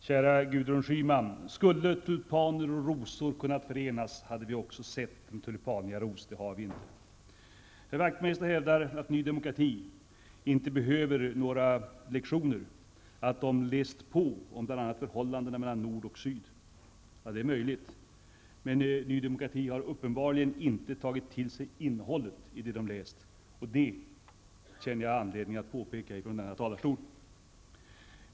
Fru talman! Kära Gudrun Schyman! Skulle tulpaner och rosor kunna förenas, hade vi också sett en tulipanaros. Det har vi inte. Herr Wachtmeister hävdar att nydemokrati inte behöver några lektioner, att man har läst på om bl.a. förhållandena mellan nord och syd. Det är möjligt, men nydemokrati har uppenbarligen inte tagit till sig innehållet i det som man har läst, och det känner jag anledning att påpeka från denna talarstol.